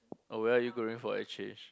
oh where are you going for exchange